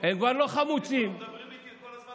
הם כבר מדברים איתי כל הזמן על,